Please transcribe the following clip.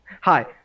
Hi